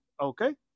okay